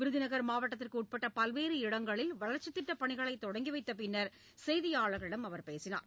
விருதுநகர் மாவட்டத்திற்கு உட்பட்ட பல்வேறு இடங்களில் வளர்ச்சித் திட்டப் பணிகளை தொடங்கி வைத்த பின்னர் செய்தியாளர்களிடம் அவர் பேசினார்